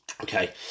Okay